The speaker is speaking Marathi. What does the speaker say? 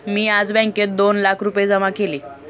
मी आज बँकेत दोन लाख रुपये जमा केले